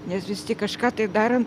nes vis tik kažką tai darant